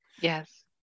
Yes